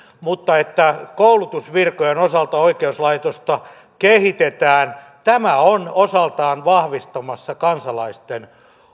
koulutusvirkojen osalta oikeuslaitosta kehitetään tämä on osaltaan vahvistamassa kansalaisten